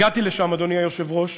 הגעתי לשם, אדוני היושב-ראש,